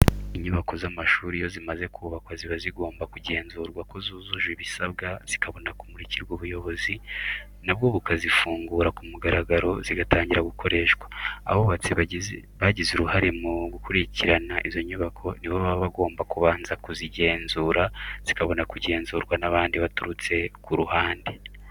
Inyubako z'amashuri iyo zimaze kubakwa ziba zigomba kugenzurwa ko zujuje ibisabwa zikabona kumurikirwa ubuyobozi na bwo bukazifungura ku mugaragaro, zigatangira gukoreshwa. Abubatsi bagize uruhare mu gukurikirana izo nyubako ni bo baba bagomba kubanza kuzigenzura zikabona kugenzurwa n'abandi baturutse ku ruhande.